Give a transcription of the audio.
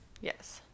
Yes